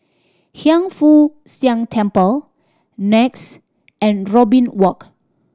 Hiang Foo Siang Temple NEX and Robin Walk